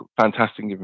fantastic